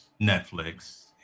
Netflix